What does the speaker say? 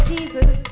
Jesus